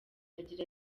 agira